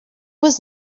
was